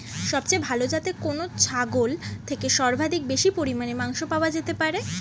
সবচেয়ে ভালো যাতে কোন ছাগল থেকে সর্বাধিক বেশি পরিমাণে মাংস পাওয়া যেতে পারে?